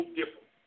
different